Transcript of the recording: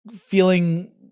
feeling